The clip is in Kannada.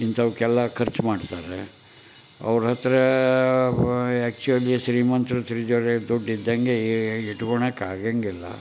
ಇಂಥವುಕ್ಕೆಲ್ಲ ಖರ್ಚು ಮಾಡ್ತಾರೆ ಅವರ ಹತ್ರ ಆ್ಯಕ್ಚುಲಿ ಶ್ರೀಮಂತ್ರ ತ್ರಿಜೋರಿಯಲ್ಲಿ ದುಡ್ಡು ಇದ್ದಂತೆ ಇಟ್ಕೊಳ್ಳೋಕೆ ಆಗೋಂಗಿಲ್ಲ